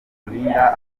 rurinda